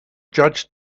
judge